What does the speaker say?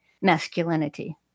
masculinity